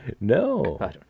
no